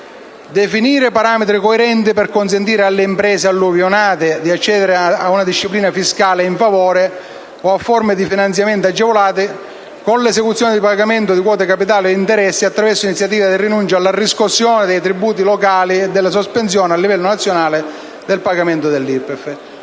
definire parametri coerenti per consentire alle imprese alluvionate di accedere ad una disciplina fiscale di favore o a forme di finanziamenti agevolati, con l'esenzione dal pagamento di quote capitali e interessi e/o attraverso iniziative di rinuncia alla riscossione dei tributi locali o della sospensione, a livello nazionale, del pagamento dell'Irpef.